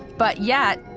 but yet,